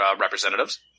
representatives